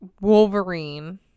Wolverine